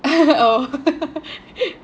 oh